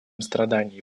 страданий